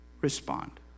respond